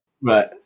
right